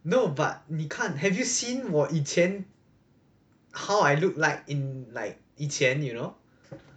no but 你看 have you seen 我以前 how I looked like in like 以前 you know